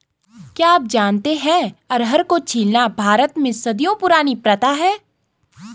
क्या आप जानते है अरहर को छीलना भारत में सदियों पुरानी प्रथा है?